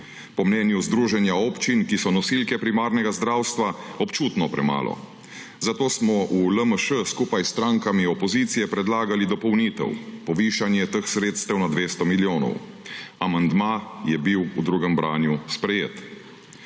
Po mnenju Združenja občin, ki so nosilke primarnega zdravstva, občutno premalo, zato smo v LMŠ skupaj s strankami opozicije predlagali dopolnitev, povišanje teh sredstev na 200 milijonov. Amandma je bil v drugem branju sprejet.